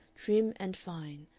trim and fine,